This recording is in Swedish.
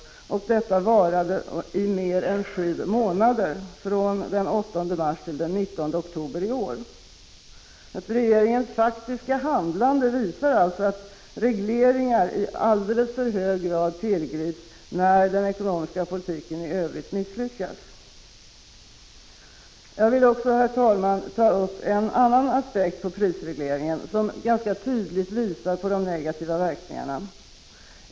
Detta varade i mer än sju månader, från den 8 mars till den 19 oktober i år. Regeringens faktiska handlade visar alltså att regleringar i alltför hög grad tillgrips när den ekonomiska politiken i övrigt misslyckas. Jag vill också, herr talman, ta upp en annan aspekt på prisregleringen som tydligt visar på de negativa verkningarna.